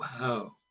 Wow